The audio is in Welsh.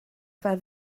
fel